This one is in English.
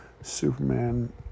Superman